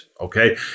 okay